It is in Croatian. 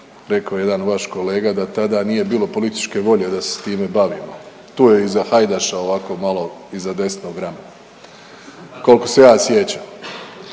rekao je jedan vaš kolega da tada nije bilo političke volje da se s time bavimo, tu je iza Hajdaša ovako malo iza desnog ramena, koliko se ja sjećam.